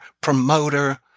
promoter